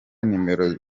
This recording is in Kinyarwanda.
nimero